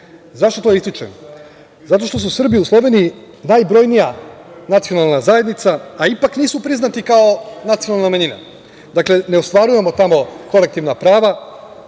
itd.Zašto ovo ističem? Zato što su Srbiji u Sloveniji najbrojnija nacionalna zajednica, a ipak nisu priznati kao nacionalna manjina. Dakle, ne ostvarujemo tamo kolektivna prava,